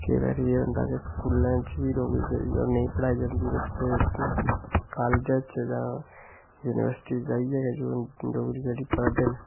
केईं बारी एह् होंदा की स्कूलें च बी डोगरी जेह्ड़ी ऐ ओह् नेईं पढ़ाई जंदी कॉलेज च जां यूनिवर्सिटी च जाइयै गै डोगरी पढ़ांदे न